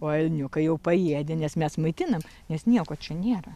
o elniukai jau paėdė nes mes maitinam nes nieko čia nėra